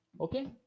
Okay